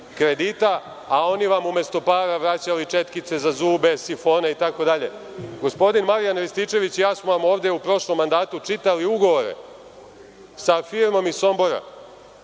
kredina, a oni vam umesto para vraćali četkice za zube, sifone, itd. Gospodin Marijan Rističević i ja smo vam ovde, u prošlom mandatu, čitali ugovore sa firmom iz Sombora,